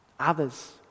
Others